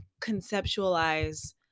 conceptualize